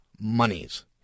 monies